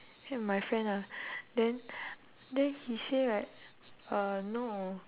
and my friend ah then then he say right uh no